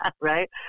Right